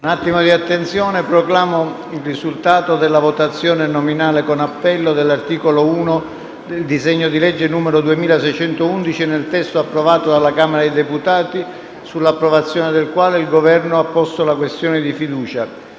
una nuova finestra"). Proclamo il risultato della votazione nominale con appello dell'articolo 1 del disegno di legge n. 2611, nel testo approvato dalla Camera dei deputati, sul quale il Governo ha posto la questione di fiducia: